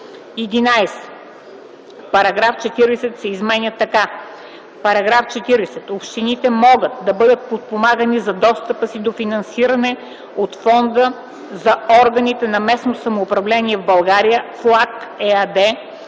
11. Параграф 40 се изменя така: „§ 40. Общините могат да бъдат подпомагани за достъпа си до финансиране от Фонда за органите на местното самоуправление в България "ФЛАГ" - ЕАД